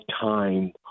time